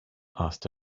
asked